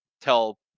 tell